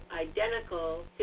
identical